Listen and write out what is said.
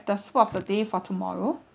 do you have the soup of the day for tomorrow